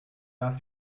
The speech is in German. darf